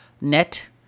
net